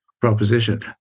proposition